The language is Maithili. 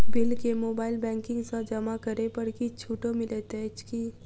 बिल केँ मोबाइल बैंकिंग सँ जमा करै पर किछ छुटो मिलैत अछि की?